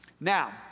Now